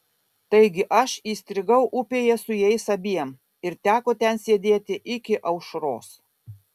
taigi aš įstrigau upėje su jais abiem ir teko ten sėdėti iki aušros